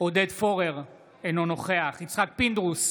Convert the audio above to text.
עודד פורר, אינו נוכח יצחק פינדרוס,